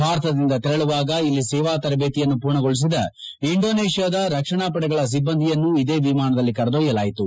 ಭಾರತದಿಂದ ತೆರಳುವಾಗ ಇಲ್ಲಿ ಸೇವಾ ತರಬೇತಿಯನ್ನು ಪೂರ್ಣಗೊಳಿಸಿದ ಇಂಡೋನೇಷ್ಯಾದ ರಕ್ಷಣಾ ಪಡೆಗಳ ಸಿಬ್ಬಂದಿಯನ್ನೂ ಇದೇ ವಿಮಾನದಲ್ಲಿ ಕರೆದೊಯ್ಕಲಾಯಿತು